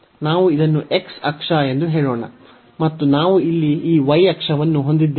ನಾವು ಇದನ್ನು x ಅಕ್ಷ ಎಂದು ಹೇಳೋಣ ಮತ್ತು ನಾವು ಇಲ್ಲಿ ಈ y ಅಕ್ಷವನ್ನು ಹೊಂದಿದ್ದೇವೆ